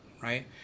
right